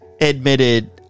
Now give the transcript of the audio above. admitted